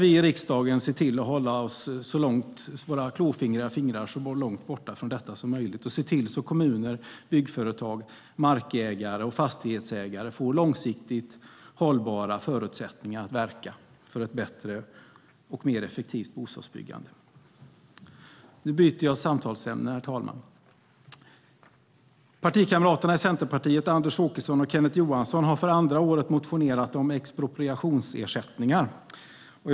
Vi i riksdagen ska hålla vår klåfingrighet så långt borta från detta som möjligt och se till att kommuner, byggföretag, markägare och fastighetsägare får långsiktigt hållbara förutsättningar att verka för ett bättre och mer effektivt bostadsbyggande. Herr talman! Mina partikamrater Anders Åkesson och Kenneth Johansson har för andra året motionerat om expropriationsersättningar.